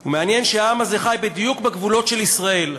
מעניין שהעם הזה חי בדיוק בגבולות של ישראל.